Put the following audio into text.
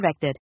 directed